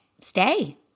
stay